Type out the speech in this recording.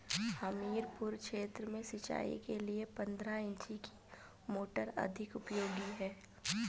हमीरपुर क्षेत्र में सिंचाई के लिए पंद्रह इंची की मोटर अधिक उपयोगी है?